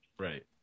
Right